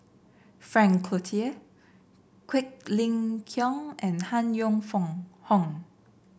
Frank Cloutier Quek Ling Kiong and Han Yong Hong